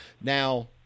Now